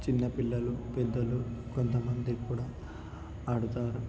చిన్నపిల్లలు పెద్దలు కొంతమంది కూడా ఆడతారు